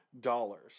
dollars